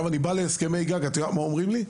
אני בא להסכמי הגג, את יודעת מה אומרים לי?